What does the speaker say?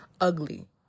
ugly